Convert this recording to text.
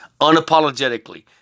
Unapologetically